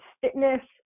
fitness